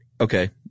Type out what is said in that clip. Okay